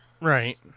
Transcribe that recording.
right